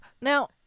Now